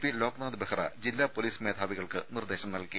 P Loknath Behera ജില്ലാ police മേധാവികൾക്ക് നിർദ്ദേശം നൽകി